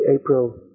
April